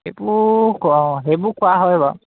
সেইবোৰ অঁ সেইবোৰ কৰা হয় বাৰু